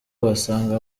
uhasanga